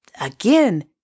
Again